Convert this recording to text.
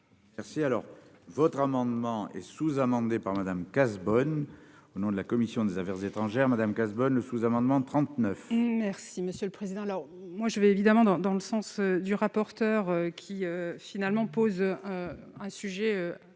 Merci alors votre amendement et sous-amendé par Madame Cazebonne, au nom de la commission des affaires étrangères, Madame Cazebonne, le sous-amendement 39. Merci Monsieur le Président, alors moi je vais évidemment dans le sens du rapporteur qui finalement pose un sujet